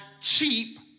cheap